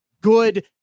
good